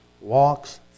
walks